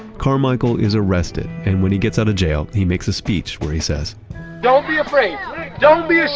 carmichael is arrested and when he gets out of jail, he makes a speech where he says don't be afraid don't be